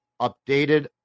updated